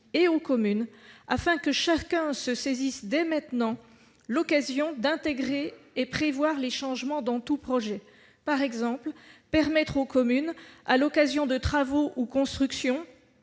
et aux communes, afin que chacun saisisse dès maintenant l'occasion d'anticiper et d'intégrer ces changements dans tout projet ? Par exemple, il faudrait permettre aux communes, à l'occasion de travaux ou de constructions,